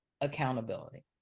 accountability